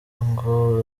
ngo